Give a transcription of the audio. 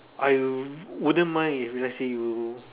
I wouldn't mind if let's say you